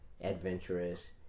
adventurous